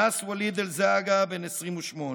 אנאס וליד אלזאגה, בן 28,